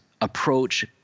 approach